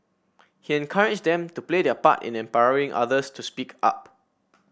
he encouraged them to play their part in empowering others to speak up